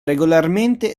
regolarmente